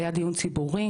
היה דיון ציבורי,